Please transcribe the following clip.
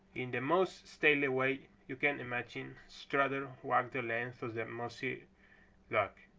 in the most stately way you can imagine strutter walked the length of that mossy log.